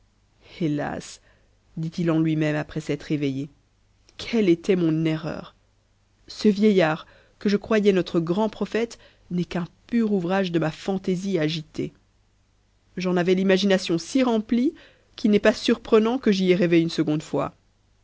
hétas dit i en lui-même après s'être éveillé quelle était mon erreur ce vieillard que je croyais notre grand prophète n'est qu'un pur ouvrage de ma fantaisie agitée j'en avais l'imagination si remplie qu'il n'est pas surprenant que j'y aie rêvé une seconde fois